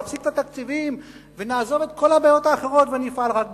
נפסיק את התקציבים ונעזוב את כל הבעיות האחרות ונפעל רק בזה.